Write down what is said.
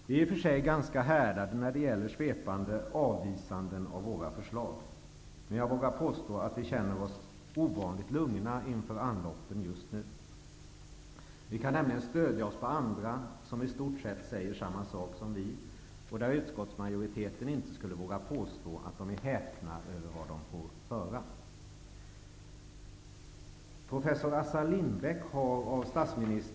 Vi är i och för sig ganska härdade när det gäller svepande avvisanden av våra förslag, men jag vågar påstå att vi känner oss ovanligt lugna inför anloppen just nu. Vi kan nämligen stödja oss på andra som i stort sett säger samma sak som vi och där utskottsmajoriteten inte skulle våga påstå att de är häpna över vad de får höra.